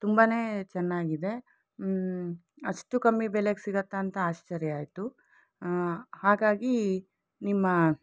ತುಂಬಾ ಚೆನ್ನಾಗಿದೆ ಅಷ್ಟು ಕಮ್ಮಿ ಬೆಲೆಗೆ ಸಿಗುತ್ತಾ ಅಂತ ಆಶ್ಚರ್ಯ ಆಯಿತು ಹಾಗಾಗಿ ನಿಮ್ಮ